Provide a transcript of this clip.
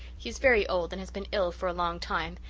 he is very old and has been ill for a long time,